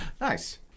Nice